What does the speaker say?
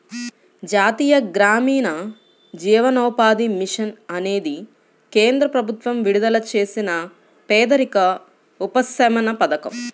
జాతీయ గ్రామీణ జీవనోపాధి మిషన్ అనేది కేంద్ర ప్రభుత్వం విడుదల చేసిన పేదరిక ఉపశమన పథకం